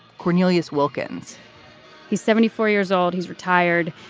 cornelius wilkins he's seventy four years old. he's retired.